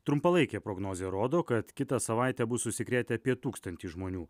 trumpalaikė prognozė rodo kad kitą savaitę bus užsikrėtę apie tūkstantį žmonių